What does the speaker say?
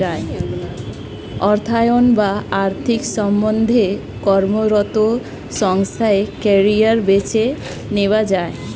অর্থায়ন বা আর্থিক সম্বন্ধে কর্মরত সংস্থায় কেরিয়ার বেছে নেওয়া যায়